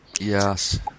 Yes